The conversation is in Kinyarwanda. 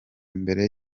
mbere